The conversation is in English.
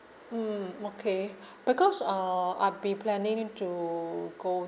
mm okay because uh I'd be planning to go